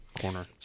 corner